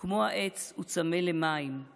כמו העץ הוא צמא למים /